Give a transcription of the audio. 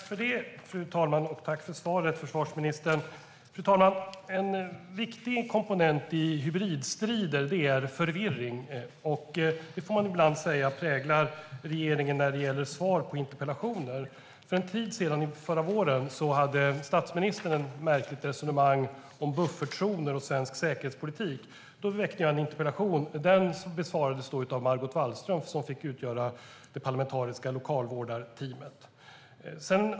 Fru talman! Tack för svaret, försvarsministern! En viktig komponent i hybridstrider är förvirring. Det får man ibland säga präglar regeringen när det gäller svar på interpellationer. För en tid sedan, förra våren, hade statsministern ett märkligt resonemang om buffertzoner och svensk säkerhetspolitik. Då väckte jag en interpellation. Den besvarades av Margot Wallström, som fick utgöra det parlamentariska lokalvårdarteamet.